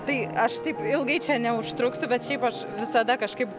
tai aš taip ilgai čia neužtruksiu bet šiaip aš visada kažkaip